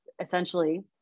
essentially